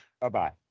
Bye-bye